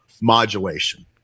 modulation